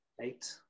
eight